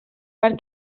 per